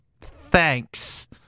thanks